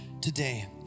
today